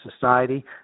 society